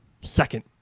second